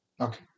Okay